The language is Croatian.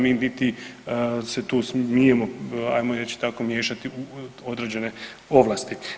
Mi u biti se tu smijemo ajmo reći tako miješati u određene ovlasti.